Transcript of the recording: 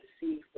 see